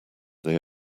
they